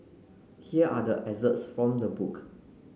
here are the excerpts from the book